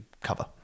cover